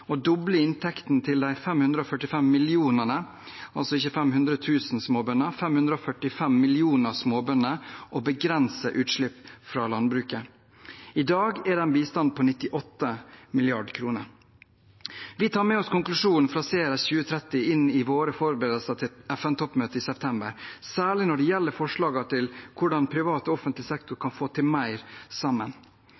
å oppnå null sult, doble inntekten til 545 millioner småbønder – altså ikke 500 000 – og begrense utslipp fra landbruket. I dag er den bistanden på 98 mrd. kr. Vi tar med oss konklusjonen fra Ceres2030 inn i våre forberedelser til FN-toppmøtet i september, særlig når det gjelder forslagene til hvordan privat og offentlig sektor